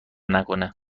نکنه